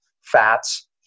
fats